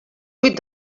vuit